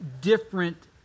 different